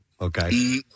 okay